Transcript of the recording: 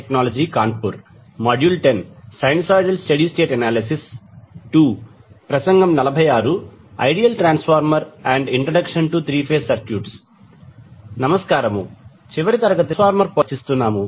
చివరి తరగతిలో మనము ట్రాన్స్ఫార్మర్ పొలారిటీ గురించి చర్చిస్తున్నాము